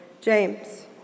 James